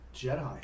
Jedi